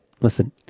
listen